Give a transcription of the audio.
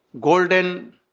golden